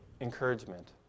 encouragement